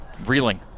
Reeling